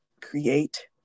create